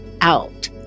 out